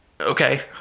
Okay